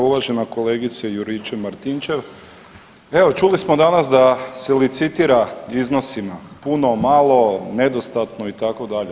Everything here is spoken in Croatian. Uvažena kolegice Juričev Martinčev evo čuli smo danas da se licitira iznosima puno, malo, nedostatno itd.